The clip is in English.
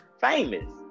famous